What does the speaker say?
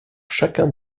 chacun